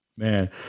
man